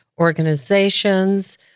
organizations